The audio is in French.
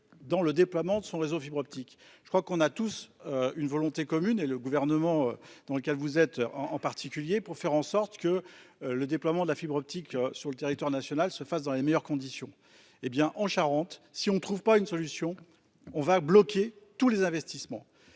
dans le déploiement de son réseau fibre optique. Je crois qu'on a tous une volonté commune et le gouvernement dans lequel vous êtes en, en particulier pour faire en sorte que le déploiement de la fibre optique sur le territoire national se fasse dans les meilleures conditions. Eh bien en Charente si on ne trouve pas une solution, on va bloquer tous les investissements.